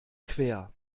quer